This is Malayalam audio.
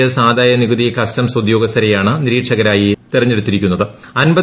എസ് ആദായ നികുതി കസ്റ്റംസ് ഉദ്യോഗസ്ഥരെയാണ് നിരീക്ഷകരായി തിരഞ്ഞെടുത്തിട്ടുള്ളത്